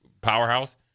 powerhouse